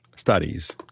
studies